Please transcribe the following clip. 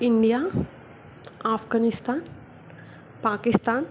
India Afghanistan Pakistan